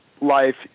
life